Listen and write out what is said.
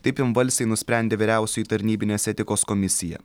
taip vienbalsiai nusprendė vyriausioji tarnybinės etikos komisija